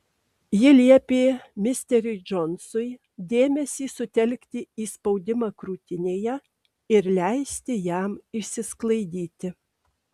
ji liepė misteriui džonsui dėmesį sutelkti į spaudimą krūtinėje ir leisti jam išsisklaidyti